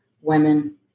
women